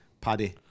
Paddy